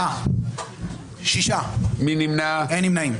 ארבעה בעד, שישה נגד, אין נמנעים.